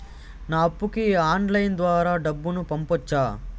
నా అప్పుకి ఆన్లైన్ ద్వారా డబ్బును పంపొచ్చా